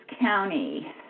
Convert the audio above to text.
County